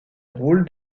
rôle